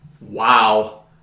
wow